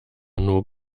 nur